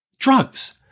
drugs